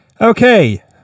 Okay